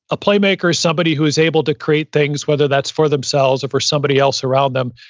a playmaker is somebody who is able to create things, whether that's for themselves or for somebody else around them.